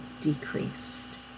decreased